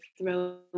throw